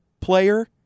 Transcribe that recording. player